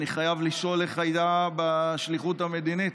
אני חייב לשאול איך היה בשליחות המדינית?